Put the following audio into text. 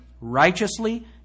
righteously